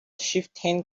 chieftain